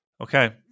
okay